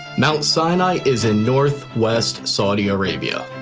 mount sinai is in northwest saudi arabia.